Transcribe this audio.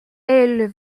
ailes